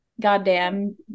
goddamn